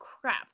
crap